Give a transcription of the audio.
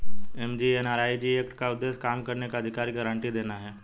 MGNREG act का उद्देश्य काम करने के अधिकार की गारंटी देना है